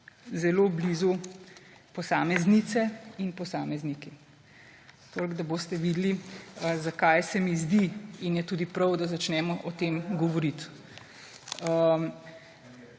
zelo blizu, posameznice in posamezniki. Toliko, da boste videli, zakaj se mi zdi – in je tudi prav –, da začnemo o tem govoriti.